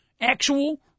actual